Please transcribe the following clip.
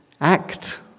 Act